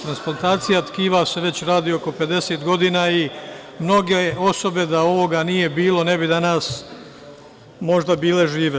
Transplantacija tkiva se već radi oko 50 godina i mnoge osobe da ovoga nije bilo ne bi danas možda bile žive.